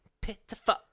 pitiful